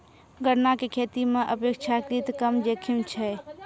गन्ना के खेती मॅ अपेक्षाकृत कम जोखिम छै